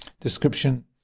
description